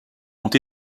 ont